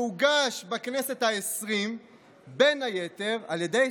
שהוגש בכנסת העשרים בין היתר על ידי,